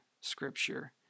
scripture